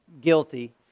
guilty